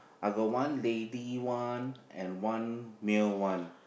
I got one lady one and one male one